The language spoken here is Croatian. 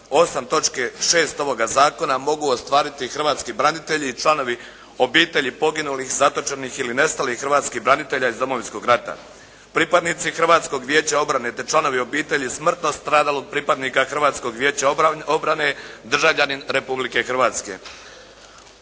6. ovoga zakona mogu ostvariti hrvatski branitelji i članovi obitelji poginulih, zatočenih ili nestalih hrvatskih branitelja iz Domovinskog rata, pripadnici Hrvatskog vijeća obrane te članovi obitelji smrtno stradalog pripadnika Hrvatskog vijeća obrane državljanin Republike Hrvatske.